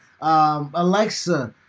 Alexa